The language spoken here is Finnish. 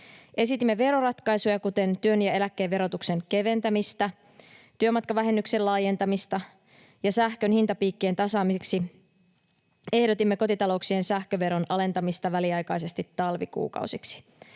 Esitimme veroratkaisuja, kuten työn ja eläkkeen verotuksen keventämistä, työmatkavähennyksen laajentamista, ja sähkön hintapiikkien tasaamiseksi ehdotimme kotitalouksien sähköveron alentamista väliaikaisesti talvikuukausiksi.